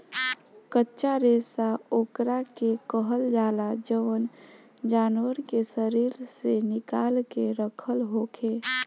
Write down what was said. कच्चा रेशा ओकरा के कहल जाला जवन जानवर के शरीर से निकाल के रखल होखे